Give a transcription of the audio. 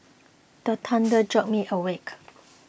the thunder jolt me awake